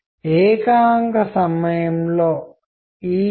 అయితే ఇక్కడ మన దృష్టి దానిపైన కాదు